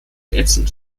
ätzend